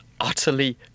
utterly